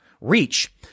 reach